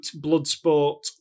Bloodsport